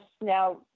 now